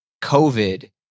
COVID